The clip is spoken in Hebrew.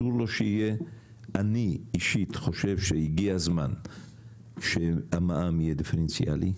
אני אישית חושב שהגיע הזמן שהמע"מ יהיה דיפרנציאלי,